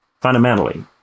fundamentally